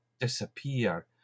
disappear